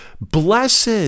blessed